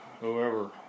whoever